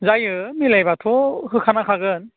जायो मिलायब्लाथ' होखानांखागोन